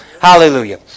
Hallelujah